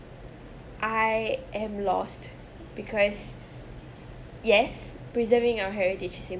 I am lost because yes preserving our heritage is